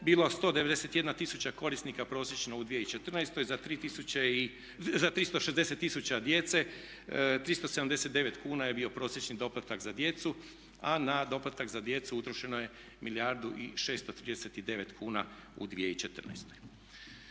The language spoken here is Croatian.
bilo 191 tisuća korisnika prosječno u 2014., za 360 tisuće djece 379 kuna je bio prosječni doplatak za djecu, a na doplatak za djecu utrošeno je milijardu i 639 kuna u 2014.